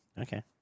Okay